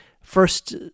first